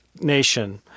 nation